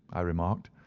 i remarked,